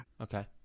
Okay